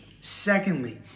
Secondly